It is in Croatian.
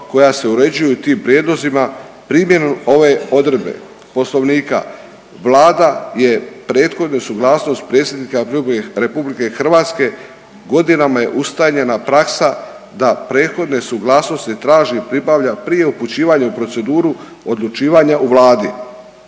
koja se uređuju tim prijedlozima. Primjenom ove odredbe Poslovnika Vlada je prethodnu suglasnost Predsjednika RH godinama je ustaljena praksa da prethodne suglasnosti traži i pribavlja prije upućivanja u proceduru odlučivanja u Vladi